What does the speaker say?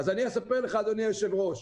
אני אספר לך, אדוני היושב ראש,